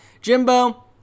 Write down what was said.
Jimbo